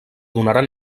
donaran